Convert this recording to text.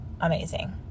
amazing